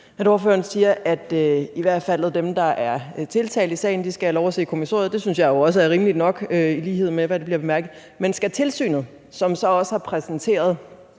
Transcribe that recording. fald dem, der er tiltalt i sagen, skal have lov til at se kommissoriet. Det synes jeg jo også er rimeligt nok i lighed med, hvad der bliver bemærket. Men skal tilsynet, som så har præsenteret